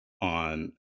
on